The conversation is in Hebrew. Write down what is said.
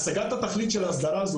השגת התכלית של ההסדרה הזאת,